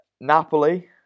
Napoli